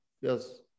yes